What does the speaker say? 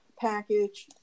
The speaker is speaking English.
package